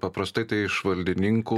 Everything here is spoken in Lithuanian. paprastai tai iš valdininkų